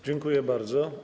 Dziękuję bardzo.